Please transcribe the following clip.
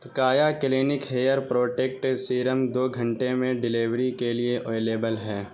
کایا clinic hair protect serum دو گھنٹے میں ڈلیوری کے لیے اویلیبل ہے